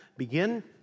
begin